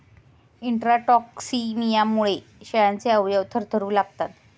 इंट्राटॉक्सिमियामुळे शेळ्यांचे अवयव थरथरू लागतात